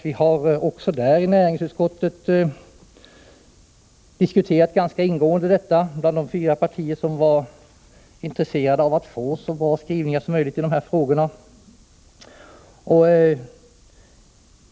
Vi har i näringsutskottet diskuterat också detta ganska ingående bland de fyra partier som varit intresserade av att få en så bra skrivning som möjligt i de här frågorna.